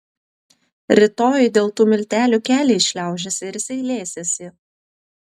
rytoj dėl tų miltelių keliais šliaužiosi ir seilėsiesi